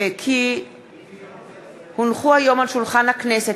כי הונחו היום על שולחן הכנסת,